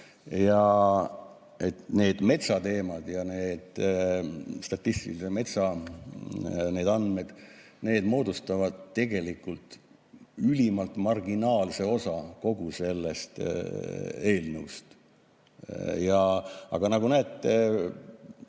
292 –, need metsateemad, need statistilised metsaandmed moodustavad tegelikult ülimalt marginaalse osa kogu sellest eelnõust. Aga nagu näete,